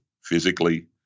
Physically